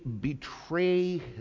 betray